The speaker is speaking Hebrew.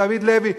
דוד לוי,